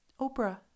Oprah